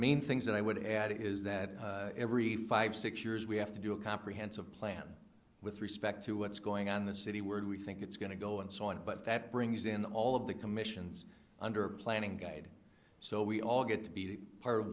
main things that i would add is that every five six years we have to do a comprehensive plan with respect to what's going on in the city where do we think it's going to go and so on but that brings in all of the commissions under a planning guide so we all get to be part of